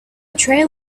trail